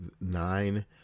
nine